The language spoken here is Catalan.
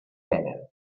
venen